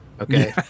Okay